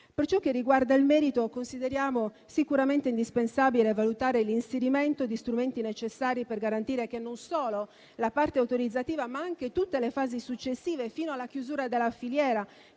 Per ciò che riguarda il merito, consideriamo sicuramente indispensabile valutare l'inserimento di strumenti necessari per garantire che non solo la parte autorizzativa, ma anche tutte le fasi successive fino alla chiusura della filiera,